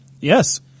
Yes